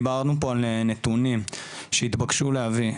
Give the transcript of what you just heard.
דיברנו פה על נתונים שהתבקשנו להביא.